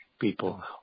People